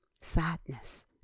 sadness